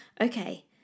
Okay